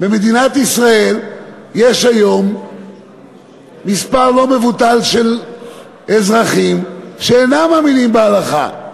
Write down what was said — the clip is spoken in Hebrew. במדינת ישראל יש היום מספר לא מבוטל של אזרחים שאינם מאמינים בהלכה.